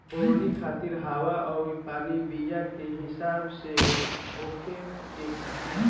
बोवनी खातिर हवा अउरी पानी बीया के हिसाब से होखे के चाही